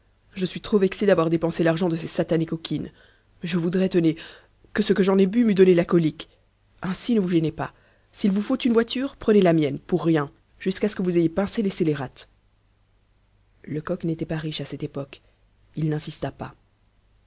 je suis trop vexé d'avoir dépensé l'argent de ces satanées coquines je voudrais tenez que ce que j'en ai bu m'eût donné la colique ainsi ne vous gênez pas s'il vous faut une voiture prenez la mienne pour rien jusqu'à ce que vous ayez pincé les scélérates lecoq n'était pas riche à cette époque il n'insista pas